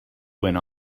went